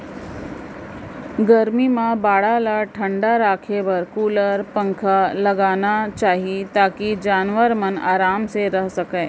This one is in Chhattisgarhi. गरमी म बाड़ा ल ठंडा राखे बर कूलर, पंखा लगाना चाही ताकि जानवर मन आराम से रह सकें